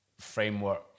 framework